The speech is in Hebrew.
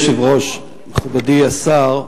אדוני היושב-ראש, מכובדי השר,